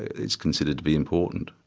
it's considered to be important.